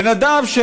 בן אדם,